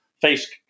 face